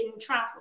travel